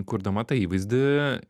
kurdama tą įvaizdį